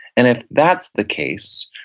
and if that's the case,